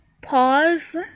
pause